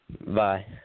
Bye